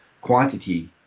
quantity